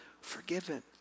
forgiven